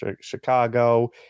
Chicago